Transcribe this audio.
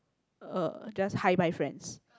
uh just hi bye friends